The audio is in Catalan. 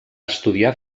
estudiar